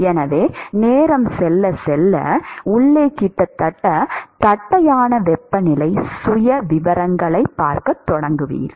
எனவே நேரம் செல்ல செல்ல உள்ளே கிட்டத்தட்ட தட்டையான வெப்பநிலை சுயவிவரங்களைப் பார்க்கத் தொடங்குவீர்கள்